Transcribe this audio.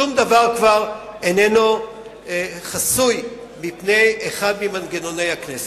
שום דבר כבר איננו חסוי מפני אחד ממנגנוני הכנסת.